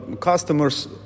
customers